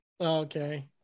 okay